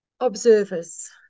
Observers